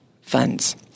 funds